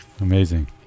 Amazing